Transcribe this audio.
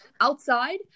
outside